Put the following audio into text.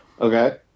okay